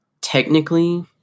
technically